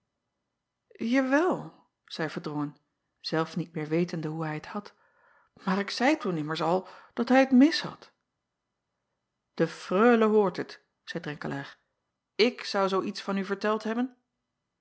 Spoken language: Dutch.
awel zeî erdrongen zelf niet meer wetende hoe hij t had maar ik zeî toen immers al dat hij t mis had e reule hoort het zeî renkelaer ik zou zoo iets van u verteld hebben